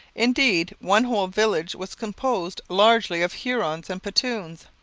indeed, one whole village was composed largely of hurons and petuns.